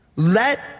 Let